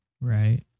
Right